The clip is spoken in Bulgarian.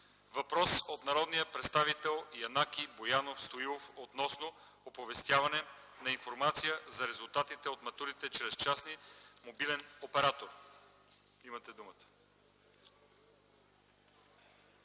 Въпрос от народния представител Янаки Боянов Стоилов относно оповестяване на информация за резултатите от матурите чрез частен мобилен оператор. Имате думата!